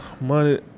Money